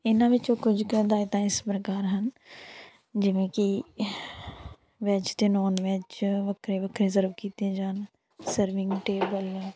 ਇਹਨਾਂ ਵਿੱਚੋਂ ਕੁਝ ਕੁ ਹਦਾਇਤਾਂ ਇਸ ਪ੍ਰਕਾਰ ਹਨ ਜਿਵੇਂ ਕਿ ਵੈਜ ਅਤੇ ਨੋਨ ਵੈਜ ਵੱਖਰੇ ਵੱਖਰੇ ਸਰਵ ਕੀਤੀਆਂ ਜਾਣ ਸਰਵਿੰਗ ਟੇਬਲ